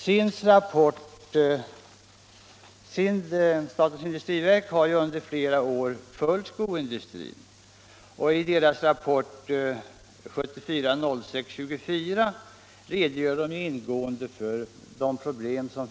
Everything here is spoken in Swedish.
Statens industriverk har under några år följt skoindustrin, och i sin rapport 1974-06-24 redogör man ingående för problemen.